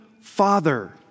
Father